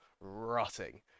rotting